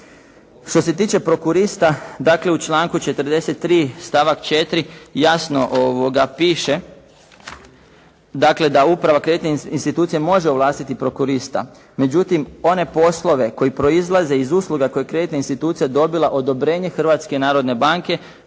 Što se tiče prokurista, dakle u članku 43. stavak 4. jasno piše, dakle da uprava kreditne institucije može ovlastiti prokurista, međutim one poslove koji proizlaze iz usluga koje je kreditna institucija dobila odobrenje Hrvatske narodne banke